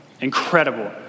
Incredible